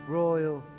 royal